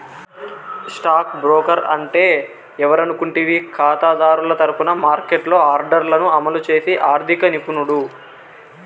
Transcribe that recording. stock broker అంటే ఎవరనుకుంటివి కాతాదారుల తరపున మార్కెట్లో ఆర్డర్లను అమలు చేసి ఆర్థిక నిపుణుడు